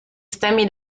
stemmi